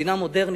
מדינה מודרנית,